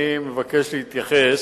אני מבקש להתייחס.